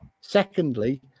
secondly